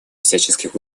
всяческих